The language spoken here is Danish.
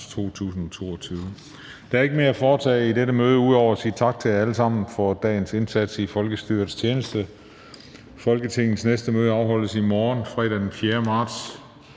Juhl): Der er ikke mere at foretage i dette møde ud over at sige tak til jer alle sammen for dagens indsats i folkestyrets tjeneste. Folketingets næste møde afholdes i morgen, fredag den 4. marts